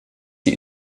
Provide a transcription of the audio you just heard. sie